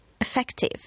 effective